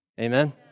Amen